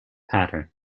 pattern